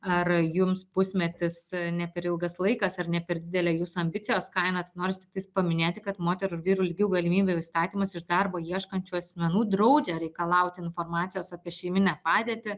ar jums pusmetis ne per ilgas laikas ar ne per didelė jūsų ambicijos kaina tai noris tiktais paminėti kad moterų ir vyrų lygių galimybių įstatymas iš darbo ieškančių asmenų draudžia reikalaut informacijos apie šeiminę padėtį